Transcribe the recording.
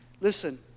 Listen